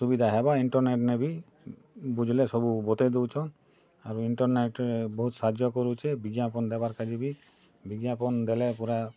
ସୁବିଧା ହେବା ଇଣ୍ଟର୍ନେଟ୍ ନେ ବି ବୁଝ୍ଲେ ସବୁ ବତେଇ ଦେଉଛନ୍ ଆରୁ ଇଣ୍ଟର୍ନେଟ୍ ବହୁତ୍ ସାହାର୍ଯ୍ୟ କରୁଛେ ବିଜ୍ଞାପନ୍ ଦେବାର୍ କା'ଯେ ବି ବିଜ୍ଞାପନ୍ ଦେଲେ ପୁରା